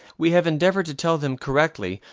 we have endeavored to tell them correctly,